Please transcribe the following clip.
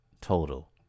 total